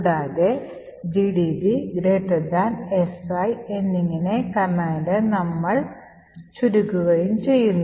കൂടാതെ gdb si എന്നിങ്ങനെ command നമ്മൾ ചുരുക്കുകയും ചെയ്യുന്നു